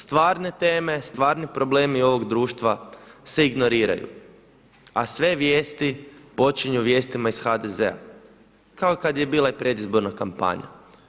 Stvarne teme, stvarni problemi ovog društva se ignoriraju, a sve vijesti počinju vijestima iz HDZ-a kao i kad je bila i predizborna kampanja.